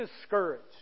discouraged